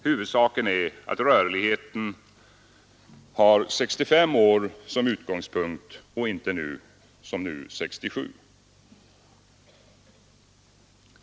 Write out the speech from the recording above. Huvudsaken är att rörligheten har 65 år som utgångspunkt och inte som nu 67.